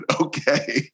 okay